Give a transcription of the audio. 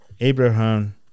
Abraham